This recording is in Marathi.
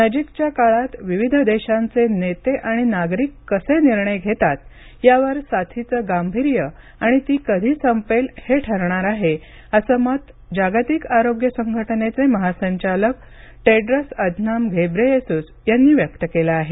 नजीकच्या काळात विविध देशांचे नेते आणि नागरिक कसे निर्णय घेतात यावर साथीचं गांभीर्य आणि ती कधी संपेल हे ठरणार आहे असं मत जागतिक आरोग्य संघटनेचे महासंचालक टेड्रस अधनाम घेब्रेयेसुस यांनी व्यक्त केलं आहे